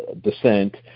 descent